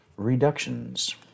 reductions